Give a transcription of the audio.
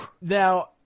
Now